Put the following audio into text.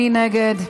מי נגד?